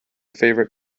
favorite